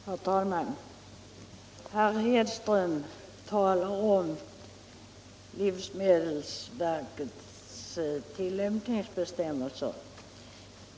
Herr talman! Herr Hedström talar om livsmedelsverkets tillämpningsbestämmelser.